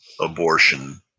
abortion